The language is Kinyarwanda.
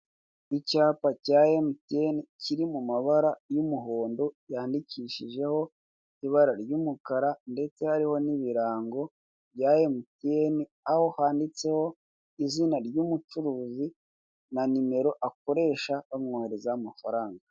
Icyapa cya emutiyeni kiri mu mabara y'umuhondo yandikishijeho ibara ry'umukara ndetse hariho n'ibirango bya emutiyeni aho handitseho izina ry'umucuruzi na nimero akoresha bamwoherezaho amafaranga.